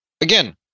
again